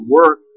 work